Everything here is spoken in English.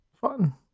Fun